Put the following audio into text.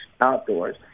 outdoors